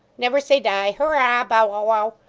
never say die hurrah bow wow wow,